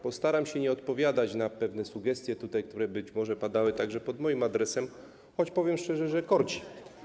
Postaram się nie odpowiadać na pewne sugestie, które tutaj być może padały także pod moim adresem, choć powiem szczerze, że korci.